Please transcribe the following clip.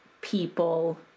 people